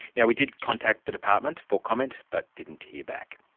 yeah we did contact the department for comment but didn't hear back.